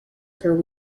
per